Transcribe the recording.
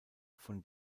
von